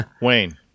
wayne